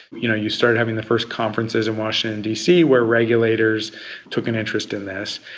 you know you started having the first conferences in washington dc where regulators took an interest in this.